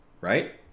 right